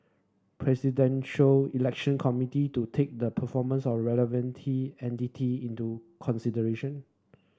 Presidential Election Committee to take the performance of relevant entity into consideration